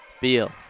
Beal